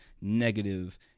negative